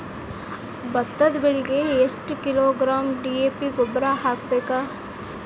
ಭತ್ತದ ಬೆಳಿಗೆ ಎಷ್ಟ ಕಿಲೋಗ್ರಾಂ ಡಿ.ಎ.ಪಿ ಗೊಬ್ಬರ ಹಾಕ್ಬೇಕ?